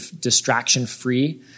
distraction-free